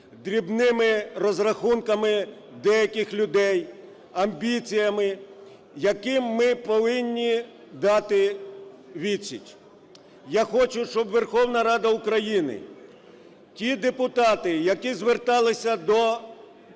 дрібними розрахунками деяких людей, амбіціями, яким ми повинні дати відсіч. Я хочу, щоб Верховна Рада України, ті депутати, які зверталися до Патріарха